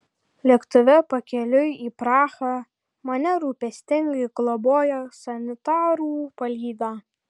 lėktuve pakeliui į prahą mane rūpestingai globojo sanitarų palyda